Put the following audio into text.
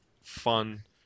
fun